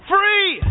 Free